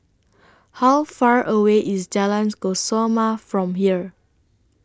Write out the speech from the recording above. How Far away IS Jalan Kesoma from here